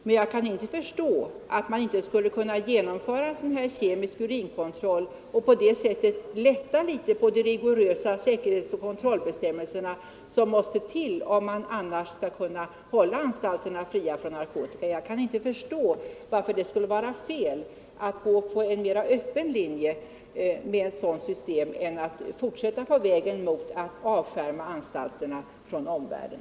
Men jag kan inte förstå att man inte skulle kunna införa kemisk urinkontroll för att på det sättet kunna lätta litet på de rigorösa säkerhetsoch kontrollbestämmelser som måste till, om man annars skall kunna hålla anstalterna fria från narkotika. Jag kan inte förstå varför det skulle vara fel att gå på en mera öppen linje i stället för att nödgas avskärma anstalterna från omvärlden.